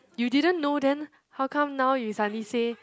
you didn't know then how come now you suddenly say